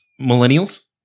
millennials